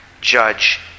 judge